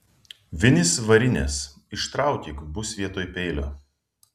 vinys varinės ištraukyk bus vietoj peilio